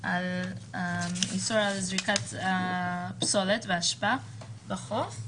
שאוסר על זריקת פסולת ואשפה בחוף.